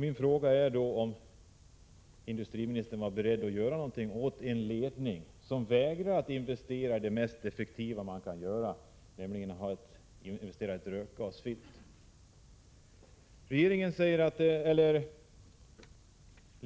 Min fråga innebär om industriministern är beredd att göra något åt en företagsledning som vägrar investera i det mest effektiva man kan ha, nämligen ett rökgasfilter.